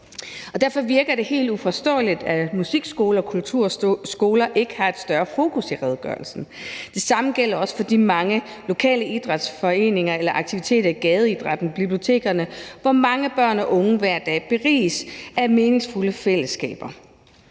Derfor virker det helt uforståeligt, at musikskoler og kulturskoler ikke har et større fokus i redegørelsen. Det samme gælder også for de mange lokale idrætsforeninger eller -aktiviteter, gadeidrætten og bibliotekerne, hvor mange børn og unge hver dag beriges af meningsfulde fællesskaber.